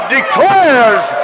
declares